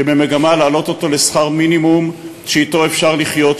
שבמגמה להעלות אותו לשכר מינימום שאתו אפשר לחיות,